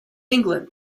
england